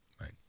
Right